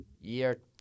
year